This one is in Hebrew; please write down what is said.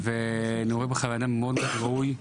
אני רואה בך אדם מאוד ראוי,